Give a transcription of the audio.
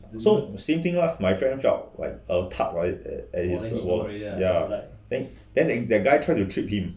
so so same thing lah my friend felt like a tug right at his wallet ya then the guy tried to trick him